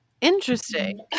Interesting